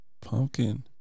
Pumpkin